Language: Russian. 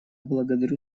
благодарю